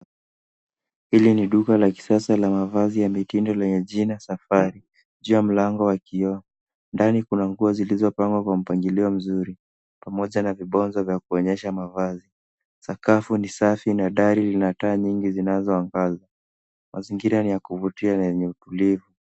Hili ni duka la kisasa la mavazi ya mitindo lenye jina safari. Juu ya mlango wa kioo, ndani kuna nguo zilizopangwa kwa mpangilio mzuri, pamoja na vibonzo vya kuonyesha mavazi. Sakafu ni safi na dari lina taa nyingi zinazoangaza . Mazingira ya kuvutia na yenye utulivu.